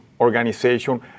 organization